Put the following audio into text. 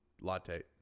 latte